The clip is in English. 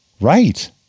Right